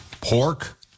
pork